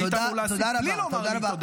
היית אמור להוסיף בלי לומר לי תודה,